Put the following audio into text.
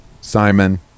Simon